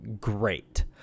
great